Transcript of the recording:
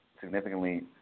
significantly